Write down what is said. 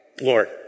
Lord